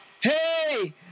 Hey